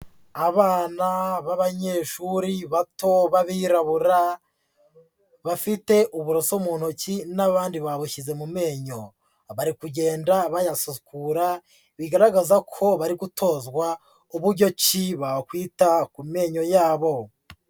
Abana b'abanyeshuri bato b'abirabura, bafite uburoso mu ntoki n'abandi babushyize mu menyo, bari kugenda bayasukura, bigaragaza ko bari gutozwa uburyo ki bakwita ku menyo yabo.